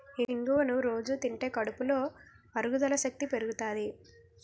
ఇంగువను రొజూ తింటే కడుపులో అరుగుదల శక్తి పెరుగుతాది